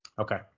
Okay